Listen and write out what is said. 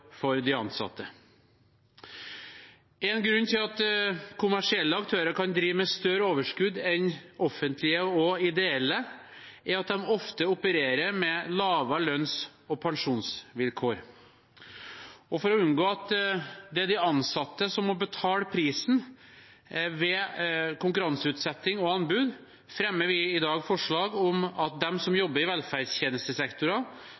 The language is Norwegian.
for de ansatte. En grunn til at kommersielle aktører kan drive med større overskudd enn offentlige og ideelle, er at de ofte opererer med dårligere lønns- og pensjonsvilkår. For å unngå at det er de ansatte som må betale prisen ved konkurranseutsetting og anbud, fremmer vi i dag forslag om at de som